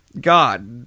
God